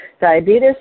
diabetes